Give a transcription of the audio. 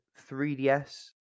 3DS